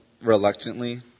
reluctantly